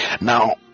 Now